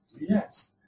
yes